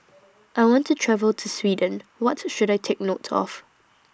I want to travel to Sweden What should I Take note of